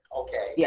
okay. yeah